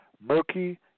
murky